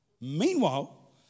Meanwhile